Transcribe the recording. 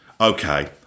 okay